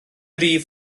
rif